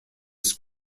his